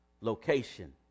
location